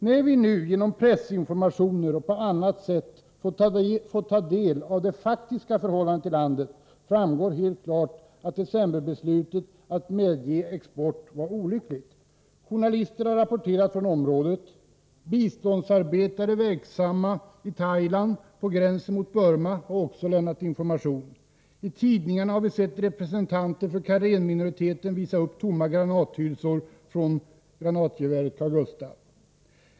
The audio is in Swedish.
När vi nu genom pressinformationer och på annat sätt fått ta del av det faktiska förhållandet i det aktuella landet framgår det helt klart att decemberbeslutet att medge export var olyckligt. Journalister har rapporterat från området. Biståndsarbetare verksamma i Thailand på gränsen mot Burma har också lämnat information. I tidningarna har vi sett representanter för Karenminoriteten visa upp tomma granathylsor från granatgeväret Carl Gustaf.